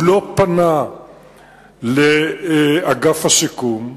הוא לא פנה לאגף השיקום,